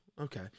okay